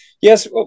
yes